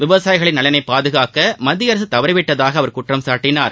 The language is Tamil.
விவசாயிகளின் நலனை பாதுகாக்க மத்திய அரசு தவறிவிட்டதாக அவர் குற்றம்சாட்டினார்